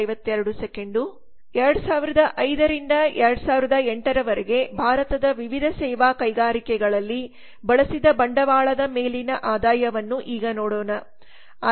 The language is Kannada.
2005 ರಿಂದ 2008 ರವರೆಗೆ ಭಾರತದ ವಿವಿಧ ಸೇವಾ ಕೈಗಾರಿಕೆಗಳಲ್ಲಿ ಬಳಸಿದ ಬಂಡವಾಳದ ಮೇಲಿನ ಆದಾಯವನ್ನು ಈಗ ನೋಡೋಣ